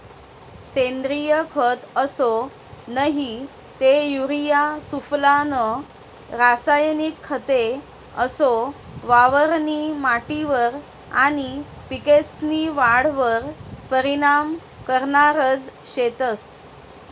सेंद्रिय खत असो नही ते युरिया सुफला नं रासायनिक खते असो वावरनी माटीवर आनी पिकेस्नी वाढवर परीनाम करनारज शेतंस